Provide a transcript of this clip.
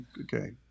Okay